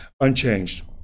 Unchanged